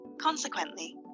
Consequently